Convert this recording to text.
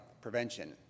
prevention